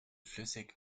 flüssig